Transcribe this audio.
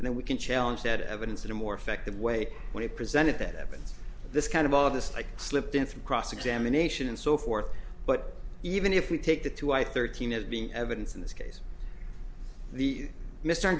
and then we can challenge that evidence in a more effective way when he presented the evidence this kind of all of this like slipped in from cross examination and so forth but even if we take the two i thirteen as being evidence in this case the mr